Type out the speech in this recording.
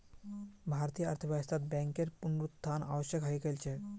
भारतीय अर्थव्यवस्थात बैंकेर पुनरुत्थान आवश्यक हइ गेल छ